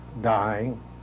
dying